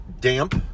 damp